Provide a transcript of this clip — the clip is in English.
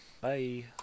Bye